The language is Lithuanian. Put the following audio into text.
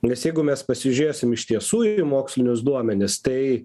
nes jeigu mes pasižiūrėsim iš tiesų į mokslinius duomenis tai